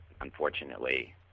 unfortunately